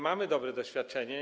Mamy dobre doświadczenie.